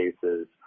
cases